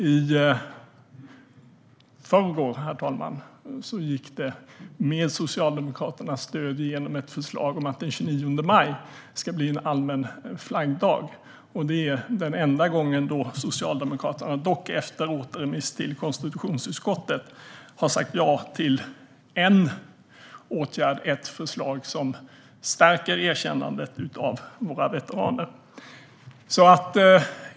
I förrgår gick det dock med Socialdemokraternas stöd igenom ett förslag om att den 29 maj ska bli allmän flaggdag. Det är den enda gång då Socialdemokraterna, dock efter återremiss till konstitutionsutskottet, har sagt ja till en åtgärd som stärker erkännandet av våra veteraner.